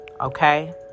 okay